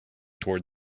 toward